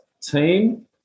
team